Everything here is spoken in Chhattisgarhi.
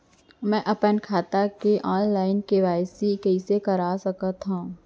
मैं अपन खाता के ऑनलाइन के.वाई.सी कइसे करा सकत हव?